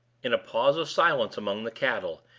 in a pause of silence among the cattle,